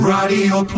Radio